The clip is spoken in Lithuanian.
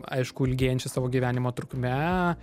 aišku ilgėjančia savo gyvenimo trukme